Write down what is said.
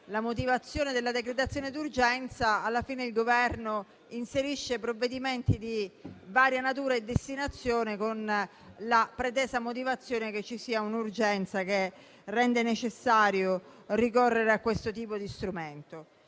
la motivazione della decretazione d'urgenza, alla fine il Governo inserisce provvedimenti di varia natura e destinazione, con la pretesa motivazione che ci sia un'urgenza che rende necessario ricorrere a questo tipo di strumento.